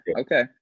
Okay